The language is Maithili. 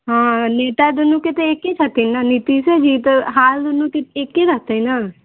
हँ नेता दुनूके एक्के छथिन ने नीतीशजी तऽ हाल दुनूके एक्के रहतै ने